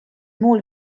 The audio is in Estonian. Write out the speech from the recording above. muul